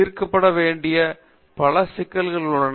தீர்க்கப்பட வேண்டிய பல சிக்கல்கள் உள்ளன